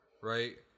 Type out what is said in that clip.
right